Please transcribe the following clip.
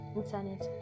internet